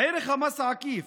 ערך המס העקיף,